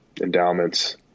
endowments